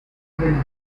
three